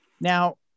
now